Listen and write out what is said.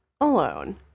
alone